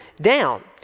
down